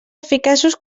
eficaços